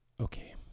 Okay